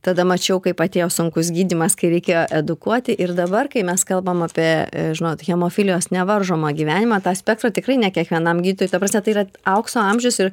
tada mačiau kaip atėjo sunkus gydymas kai reikėjo edukuoti ir dabar kai mes kalbam apie e žinot hemofilijos nevaržomą gyvenimą tą spektrą tikrai ne kiekvienam gydytojui ta prasme tai yra aukso amžius ir